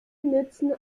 nützen